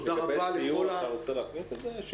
לגבי הסיור אתה רוצה להכניס את זה?